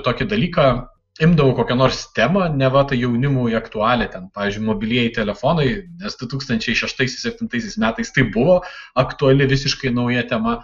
tokį dalyką imdavau kokią nors temą neva tai jaunimui aktualią temą ten pavyzdžiui mobilieji telefonai nes du tūkstančiai šeštais septintaisiais metais tai buvo aktuali visiškai nauja tema